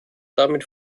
damit